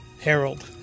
Harold